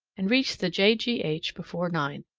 and reached the j. g. h. before nine,